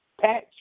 patch